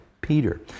Peter